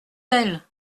elle